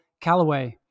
Callaway